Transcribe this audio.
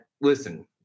listen